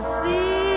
see